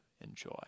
Enjoy